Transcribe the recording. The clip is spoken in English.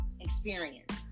experience